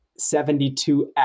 72X